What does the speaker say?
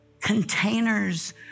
containers